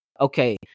okay